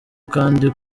kandi